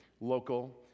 local